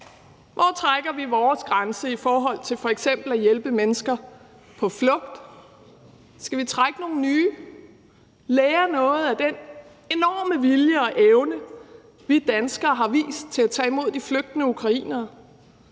Hvor trækker vi vores grænse i forhold til f.eks. at hjælpe mennesker på flugt? Skal vi trække nogle nye grænser, lære noget af den enorme vilje og evne, vi danskere har vist til at tage imod de flygtende ukrainere,